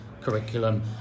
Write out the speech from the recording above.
curriculum